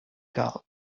gull